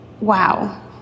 Wow